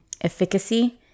efficacy